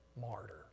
martyr